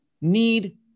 need